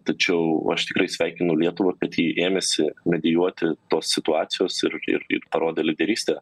tačiau aš tikrai sveikinu lietuvą kad ji ėmėsi medijuoti tos situacijos ir ir ir parodė lyderystę